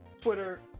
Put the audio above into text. twitter